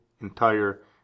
entire